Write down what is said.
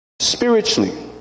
spiritually